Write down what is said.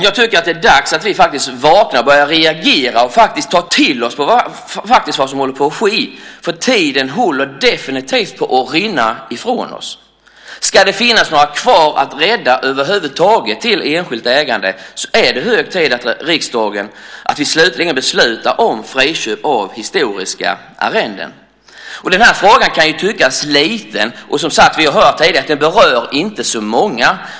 Jag tycker att det är dags att vi vaknar och börjar reagera och faktiskt tar till oss vad som håller på att ske eftersom tiden definitivt håller på att rinna ifrån oss. Ska det finnas några kvar att rädda över huvud taget när det gäller enskilt ägande är det hög tid att riksdagen slutligen beslutar om friköp av historiska arrenden. Denna fråga kan tyckas liten, och vi har, som sagt, tidigare hört att detta inte berör så många.